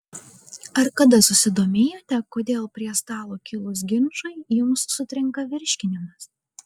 ar kada susidomėjote kodėl prie stalo kilus ginčui jums sutrinka virškinimas